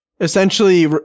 essentially